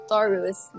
Taurus